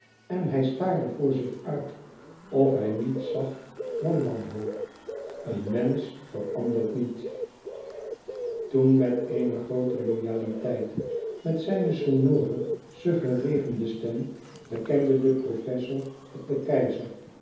en hij staarde voor zich uit of hij niets zag dan wanhoop een mensch verandert niet toen met eene groote loyaliteit met zijne sonore suggereerende stem bekende de professor het den keizer